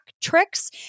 tricks